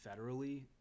federally